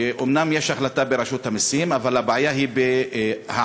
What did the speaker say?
שאומנם יש החלטה ברשות המסים אבל הבעיה היא בהעברת